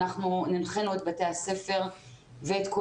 אנחנו הנחינו את בתי הספר ואת כל